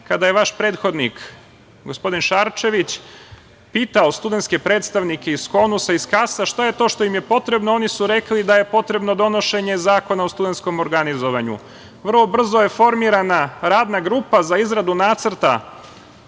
kada je vaš prethodnik, gospodin Šarčević, pitao studentske predstavnike iz KONUS i KAVS-a, šta je to što im je potrebno, a oni su rekli da je potrebno donošenje zakona o studentskom organizovanju. Vrlo brzo je formirana radna grupa za izradu nacrta